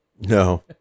No